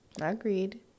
Agreed